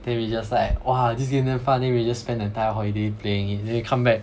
then we just like !wah! this game damn fun then we just spend an entire holiday playing it then come back